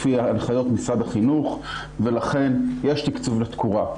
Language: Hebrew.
לפי הנחיות משרד החינוך, ולכן יש תקצוב לתקורה.